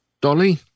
Dolly